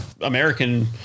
American